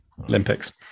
Olympics